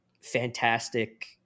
fantastic